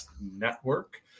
network